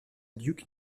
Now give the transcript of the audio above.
duke